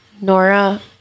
Nora